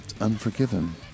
unforgiven